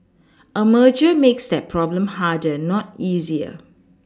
a merger makes that problem harder not easier